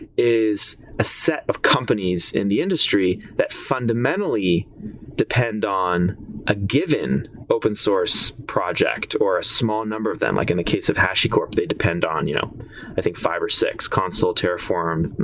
is a set of companies in the industry that fundamentally depend on a given open source project or a small number of them. like in the case of hashicorp, they depend on you know i think five or six, console, terraform,